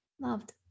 Loved